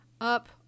up